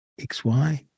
XY